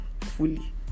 fully